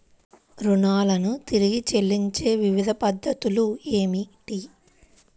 రుణాలను తిరిగి చెల్లించే వివిధ పద్ధతులు ఏమిటి?